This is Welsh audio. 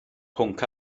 pwnc